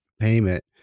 payment